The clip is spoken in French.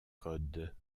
codes